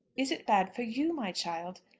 is it bad for you, my child?